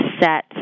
set